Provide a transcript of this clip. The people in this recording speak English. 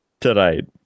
tonight